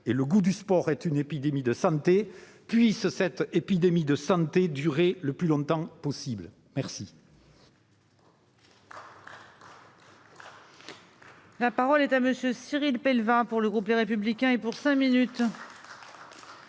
; le goût du sport est une épidémie de santé. » Puisse cette épidémie de santé durer le plus longtemps possible !